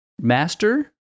master